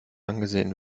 angesehen